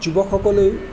যুৱকসকলেই